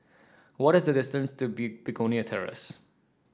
what is the distance to be Begonia Terrace